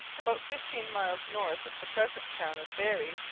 about fifteen miles north of the present town of barrie,